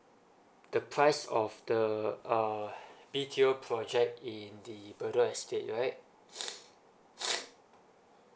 the price of the uh B_T_O project in the bedok estate right